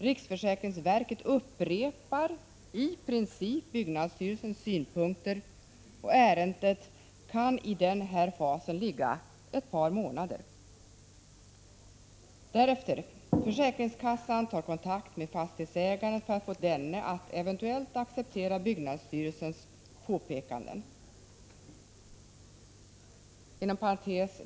Riksförsäkringsverket upprepar i princip byggnadsstyrelsens synpunkter, och ärendet kan i den här fasen ligga ett par månader. 10. Försäkringskassan tar kontakt med fastighetsägaren för att få denne att eventuellt acceptera byggnadsstyrelsens påpekanden.